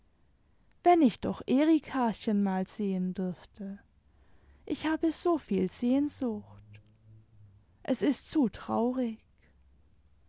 wenn ich doch erikachen mal sehen dürfte ich habe so viel sehnsucht es ist zu traurig